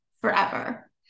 forever